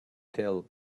tell